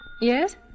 Yes